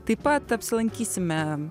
taip pat apsilankysime